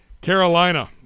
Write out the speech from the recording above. Carolina